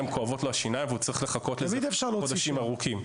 כואבות השיניים והוא צריך לחכות חודשים ארוכים.